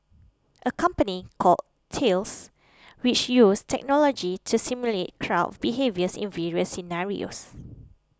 a company called Thales which uses technology to simulate crowd behaviours in various scenarios